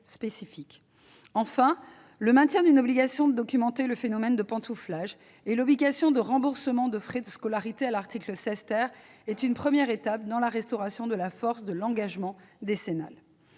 Enfin, le maintien d'une obligation de documenter le phénomène de pantouflage et l'obligation de remboursement de frais de scolarité à l'article 16 constituent une première étape dans la restauration de la force de l'engagement décennal.